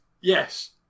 yes